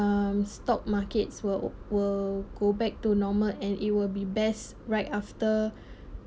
um stock markets will will go back to normal and it will be best right after